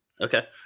Okay